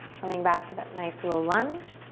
coming back to that nice low lunge.